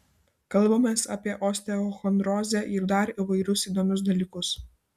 kalbamės apie osteochondrozę ir dar įvairius įdomius dalykus